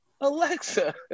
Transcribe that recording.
Alexa